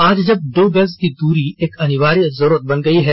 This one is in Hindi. आज जब दो गज की दूरी एक अनिवार्य जरूरत बन गयी है